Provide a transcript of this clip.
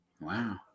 Wow